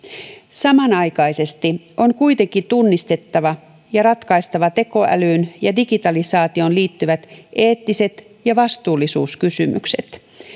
samanaikaisesti on kuitenkin tunnistettava ja ratkaistava tekoälyyn ja digitalisaatioon liittyvät eettiset ja vastuullisuuskysymykset